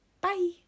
Bye